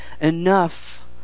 enough